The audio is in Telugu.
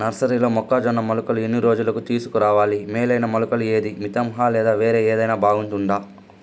నర్సరీలో మొక్కజొన్న మొలకలు ఎన్ని రోజులకు తీసుకొని రావాలి మేలైన మొలకలు ఏదీ? మితంహ లేదా వేరే ఏదైనా బాగుంటుందా?